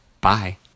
Bye